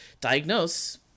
diagnose